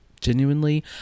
genuinely